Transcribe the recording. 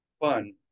fun